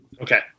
Okay